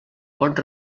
pot